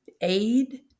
aid